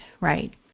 right